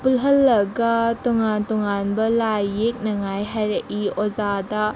ꯄꯨꯜꯍꯜꯂꯒ ꯇꯣꯡꯉꯥꯟ ꯇꯣꯡꯉꯥꯟꯕ ꯂꯥꯏ ꯌꯦꯛꯅꯉꯥꯏ ꯍꯥꯏꯔꯛꯏ ꯑꯣꯖꯥꯗ